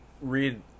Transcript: read